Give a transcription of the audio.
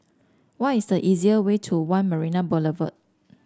what is the easier way to One Marina Boulevard